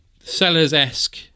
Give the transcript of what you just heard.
Sellers-esque